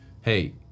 hey